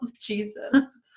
jesus